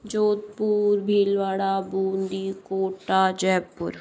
Jodhpur Bhilwara Bundi Kota Jaipur